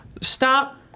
Stop